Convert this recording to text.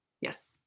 Yes